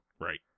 Right